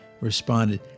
responded